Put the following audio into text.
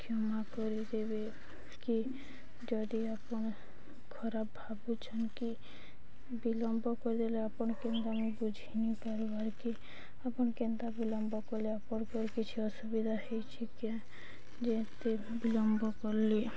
କ୍ଷମା କରିଦେବେ କି ଯଦି ଆପଣ ଖରାପ ଭାବୁଛନ୍ କି ବିିଲମ୍ବ କରିଦେଲେ ଆପଣ କେନ୍ତା ମୁଁ ବୁଝିନି ପାର୍ବାର୍ କେ ଆପଣ କେନ୍ତା ବିଲମ୍ବ କଲେ ଆପଣଙ୍କ କିଛି ଅସୁବିଧା ହେଇଛି କି ଯେତେ ବିଳମ୍ବ କଲେ